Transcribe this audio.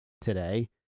today